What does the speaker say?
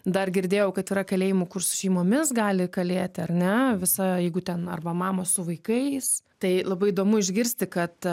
dar girdėjau kad yra kalėjimų kur su šeimomis gali kalėti ar ne visa jeigu ten arba mamos su vaikais tai labai įdomu išgirsti kad